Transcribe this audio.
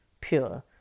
pure